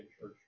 church